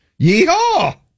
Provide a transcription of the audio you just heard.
Yeehaw